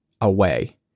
away